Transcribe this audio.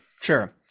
sure